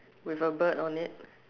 with a bird on it